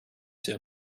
too